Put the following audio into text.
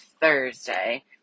Thursday